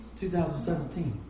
2017